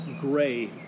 gray